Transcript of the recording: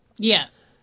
Yes